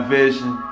Vision